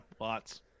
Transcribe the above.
lots